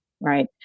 Right